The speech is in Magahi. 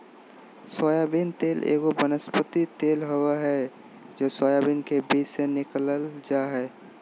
सोयाबीन तेल एगो वनस्पति तेल हइ जे सोयाबीन के बीज से निकालल जा हइ